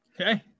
okay